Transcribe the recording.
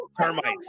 Termites